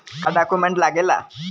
का डॉक्यूमेंट लागेला?